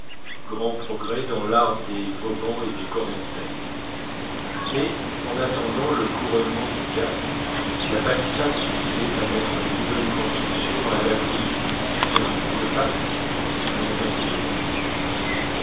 grand progrès dans l'art des vauban et des cormontaigne mais en attendant le couronnement du cap la palissade suffisait à mettre les nouvelles constructions à l'abri d'un coup de patte sinon d'un coup de main